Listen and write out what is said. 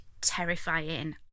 terrifying